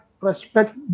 respect